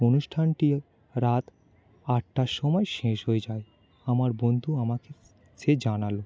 অনুষ্ঠানটি রাত আটটার সময় শেষ হয়ে যায় আমার বন্ধু আমাকে সে জানাল